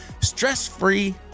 stress-free